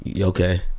Okay